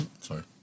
sorry